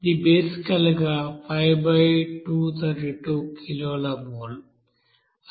ఇది బేసికల్ గా 5232 కిలోల మోల్